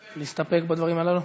להסתפק, להסתפק בדברים הללו?